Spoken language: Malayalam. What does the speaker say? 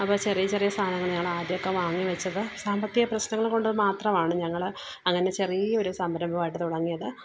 അപ്പോള് ചെറിയ ചെറിയ സാധനങ്ങൾ ഞങ്ങൾ ആദ്യമൊക്കെ വാങ്ങി വെച്ചത് സാമ്പത്തിക പ്രശനങ്ങൾ കൊണ്ട് മാത്രമാണ് ഞങ്ങള് അങ്ങനെ ചെറിയൊരു സംരംഭമായിട്ട് തുടങ്ങിയത്